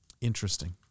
Interesting